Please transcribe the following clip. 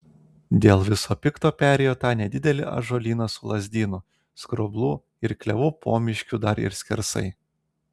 dėl viso pikto perėjo tą nedidelį ąžuolyną su lazdynų skroblų ir klevų pomiškiu dar ir skersai